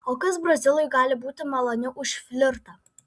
o kas brazilui gali būti maloniau už flirtą